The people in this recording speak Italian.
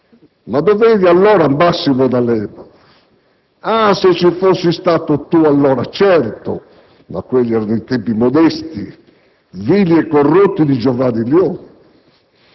Ma dov'eri allora, Massimo D'Alema? Ah, se ci fossi stato tu, allora! Certo, ma quelli erano i tempi modesti, vili e corrotti di Giovanni Leone,